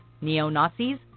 neo-Nazis